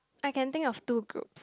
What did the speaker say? I can think of two groups